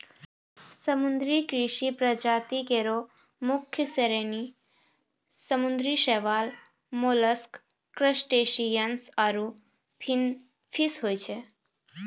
समुद्री कृषि प्रजाति केरो मुख्य श्रेणी समुद्री शैवाल, मोलस्क, क्रसटेशियन्स आरु फिनफिश होय छै